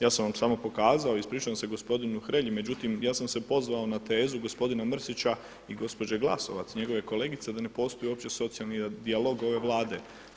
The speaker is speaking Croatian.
Ja sam vam samo pokazao i ispričavam se gospodinu Hrelji, međutim, ja sam se pozvao na tezu gospodina Mrsića i gospođe Glasovac, njegove kolegice da ne postoji uopće socijalni dijalog ove Vlade.